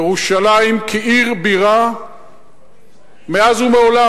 ירושלים כעיר בירה מאז ומעולם,